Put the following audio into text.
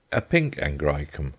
a pink angraecum,